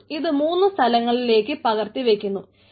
അപ്പോൾ ഇത് മൂന്നു സ്ഥലങ്ങളുകളിലേക്ക് പകർത്തി വക്കുന്നു